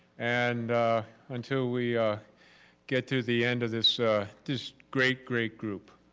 and until we get to the end of this this great, great group.